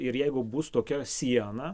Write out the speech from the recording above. ir jeigu bus tokia siena